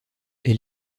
est